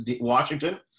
Washington